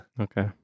Okay